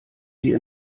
wir